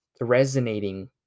resonating